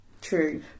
True